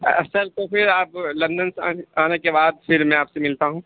اصل تو پھر آپ لندن سے آنے آنے کے بعد پھر میں آپ سے ملتا ہوں